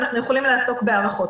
אנחנו יכולים לעסוק בהערכות.